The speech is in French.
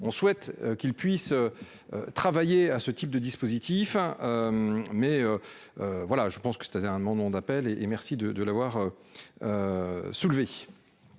on souhaite qu'ils puissent travailler à ce type de dispositif, hein, mais voilà, je pense que c'était un amendement d'appel et merci de l'avoir soulevé.